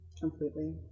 Completely